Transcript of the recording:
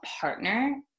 partner